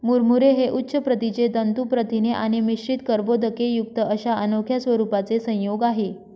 मुरमुरे हे उच्च प्रतीचे तंतू प्रथिने आणि मिश्रित कर्बोदकेयुक्त अशा अनोख्या स्वरूपाचे संयोग आहे